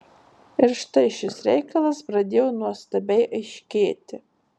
ir štai šis reikalas pradėjo nuostabiai aiškėti